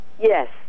Yes